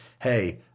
hey